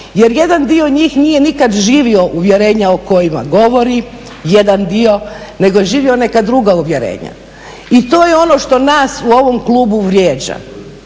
jer jedan dio njih nije nikada živio uvjerenja o kojima govori, jedan dio, nego je živio neka druga uvjerenja. I to je ono što nas u ovom klubu vrijeđa.